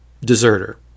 deserter